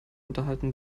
unterhalten